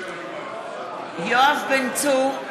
יואב בן צור,